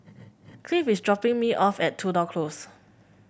Cleve is dropping me off at Tudor Close